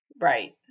Right